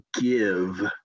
give